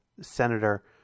senator